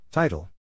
Title